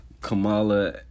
Kamala